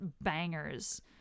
bangers